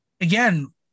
again